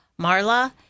Marla